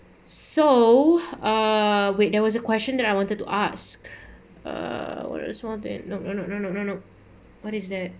so uh wait there was a question that I wanted to ask uh what is it no no no no no no no what is that